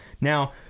Now